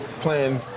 Playing